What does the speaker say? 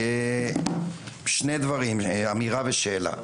שני דברים, אמירה ושאלה.